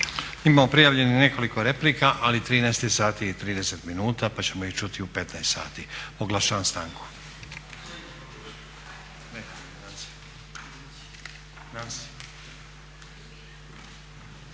Imamo prijavljenih nekoliko replika, ali 13,30 je sati pa ćemo ih čuti u 15,00 sati. Oglašavam stanku.